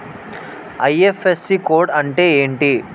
IFSC code అంటే ఏంటి?